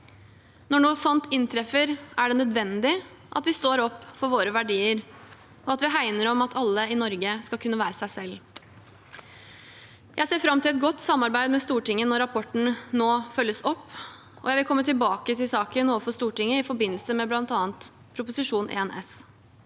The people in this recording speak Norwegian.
Når noe slikt inntreffer, er det nødvendig at vi står opp for våre verdier, og at vi hegner om at alle i Norge skal kunne være seg selv. Jeg ser fram til et godt samarbeid med Stortinget når rapporten nå følges opp, og jeg vil komme tilbake til saken overfor Stortinget i forbindelse med bl.a. Prop. 1 S.